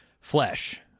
flesh